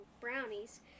brownies